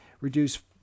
reduce